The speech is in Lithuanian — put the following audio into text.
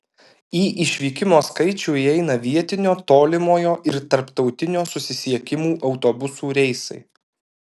į išvykimo skaičių įeina vietinio tolimojo ir tarptautinio susisiekimų autobusų reisai